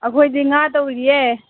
ꯑꯩꯈꯣꯏꯗꯤ ꯉꯥ ꯇꯧꯔꯤꯌꯦ